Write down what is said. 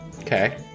Okay